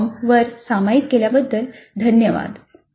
com वर सामायिक केल्याबद्दल धन्यवाद